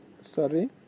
Sorry